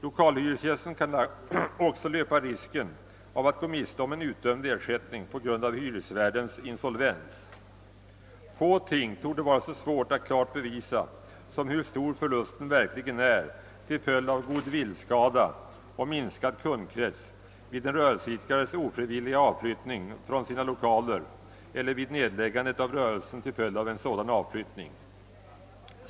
Lokalhyresgästen kan också löpa risken av att gå miste om en utdömd ersättning på grund av hyresvärdens insolvens. Få ting torde vara så svåra att klart bevisa som hur stor förlusten verkligen är till följd av goodwillskada och minskad kundkrets vid en rörelseidkares ofrivilliga avflyttning från sina lokaler eller vid nedläggandet av rörelsen till följd av sådan avflyttning.